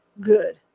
Good